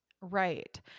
Right